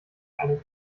einem